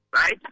right